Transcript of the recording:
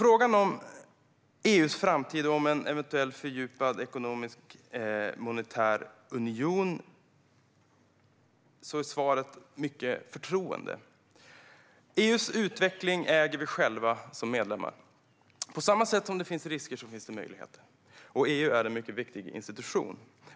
Frågan om EU:s framtid och om en eventuell fördjupad ekonomisk och monetär union handlar mycket om förtroende. EU:s utveckling äger vi själva, som medlemmar. På samma sätt som det finns risker finns det möjligheter. EU är en mycket viktig institution.